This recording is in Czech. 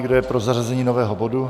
Kdo je pro zařazení nového bodu?